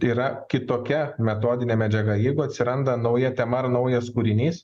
yra kitokia metodinė medžiaga jeigu atsiranda nauja tema ar naujas kūrinys